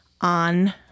on